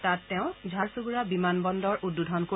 তাত তেওঁ ঝাৰচুণ্ডড়া বিমান বন্দৰ উদ্বোধন কৰিব